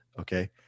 okay